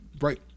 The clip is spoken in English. Right